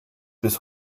bis